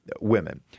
women